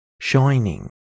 shining